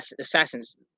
assassins